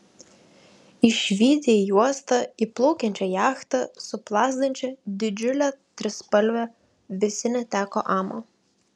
išvydę į uostą įplaukiančią jachtą su plazdančia didžiule trispalve visi neteko amo